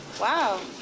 Wow